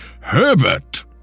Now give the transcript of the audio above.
Herbert